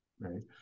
Right